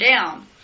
down